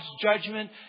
judgment